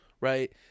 right